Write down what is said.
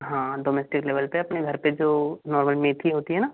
हाँ domestic level पे अपने घर पे जो नॉर्मल मेथी होती है ना